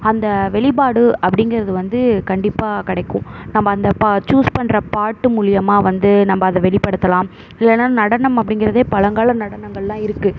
அந்த வெளிப்பாடு அப்படிங்கிறது வந்து கண்டிப்பாக கிடைக்கும் நம்ம அந்த சூஸ் பண்ணுற பாட்டு மூலியமாக வந்து நம்ம அதை வெளிப்படுத்தலாம் இல்லைனா நடனம் அப்படிங்கிறதே பழங்கால நடனங்கள்லாம் இருக்கு